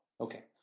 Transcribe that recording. Okay